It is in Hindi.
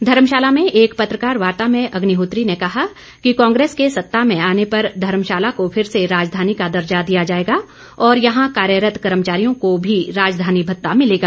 धर्मशाला में एक पत्रकार वार्ता में अग्निहोत्री ने कहा कि कांग्रेस के सत्ता में आने पर धर्मशाला को फिर से राजधानी का दर्जा दिया जाएगा और यहां कार्यरत कर्मचारियों को भी राजधानी भत्ता मिलेगा